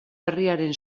berriaren